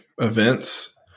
events